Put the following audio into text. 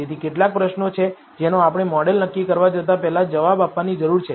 તેથી કેટલાક પ્રશ્નો છે જેનો આપણે મોડેલ નક્કી કરવા જતા પહેલા જવાબ આપવાની જરૂર છે